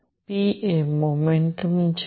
p એ momentum છે